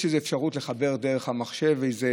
יש אפשרות לחבר דרך המחשב איזה